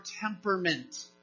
temperament